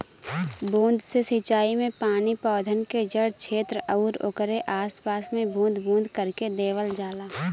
बूंद से सिंचाई में पानी पौधन के जड़ छेत्र आउर ओकरे आस पास में बूंद बूंद करके देवल जाला